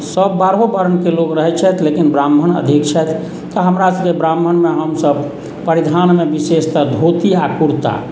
सब बारहो वर्णके लोक रहैत छथि लेकिन ब्राह्मण अधिक छथि तऽ हमरा सबकेँ ब्राह्मणमे हमसब परिधानमे विशेषतर धोती आ कुर्ता